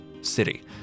city